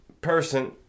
person